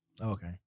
okay